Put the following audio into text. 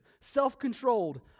self-controlled